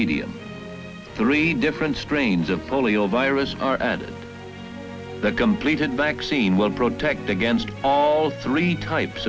median three different strains of polio virus are at that complete and vaccine will protect against all three types